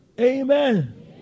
Amen